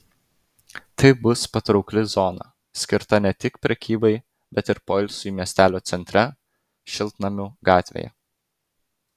tai bus patraukli zona skirta ne tik prekybai bet ir poilsiui miestelio centre šiltnamių gatvėje